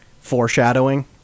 foreshadowing